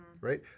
right